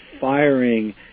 firing